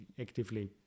actively